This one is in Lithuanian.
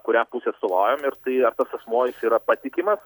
kurią pusę atstovaujam ir tai ar tas asmuo jis yra patikimas